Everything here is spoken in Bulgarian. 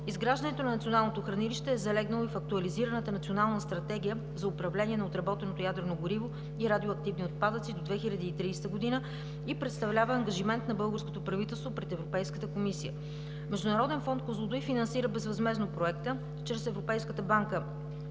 Изграждането на националното хранилище е залегнало и в Актуализираната национална стратегия за управление на отработеното ядрено гориво и радиоактивни отпадъци до 2030 г. и представлява ангажимент на българското правителство пред Европейската комисия. Международен фонд „Козлодуй“ финансира безвъзмездно проекта чрез Европейската банка